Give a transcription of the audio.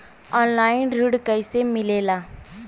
Online ऋण कैसे मिले ला?